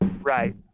Right